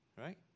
Right